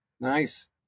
Nice